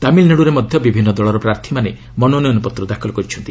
ତାମିଲ୍ନାଡୁରେ ମଧ୍ୟ ବିଭିନ୍ନ ଦଳର ପ୍ରାର୍ଥୀମାନେ ମନୋନୟନ ପତ୍ର ଦାଖଲ କରିଛନ୍ତି